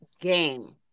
game